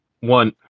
One